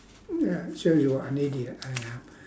ya shows you're an idiot I am